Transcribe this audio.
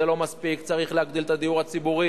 זה לא מספיק, צריך להגדיל את הדיור הציבורי.